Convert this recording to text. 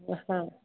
हा